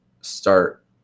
start